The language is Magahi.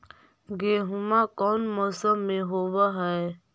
गेहूमा कौन मौसम में होब है?